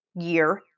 year